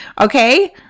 Okay